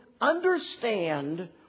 understand